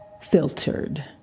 filtered